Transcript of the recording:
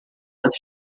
antes